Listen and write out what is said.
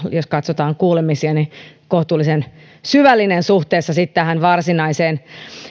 jos katsotaan kuulemisia kohtuullisen syvällinen suhteessa sitten tähän varsinaiseen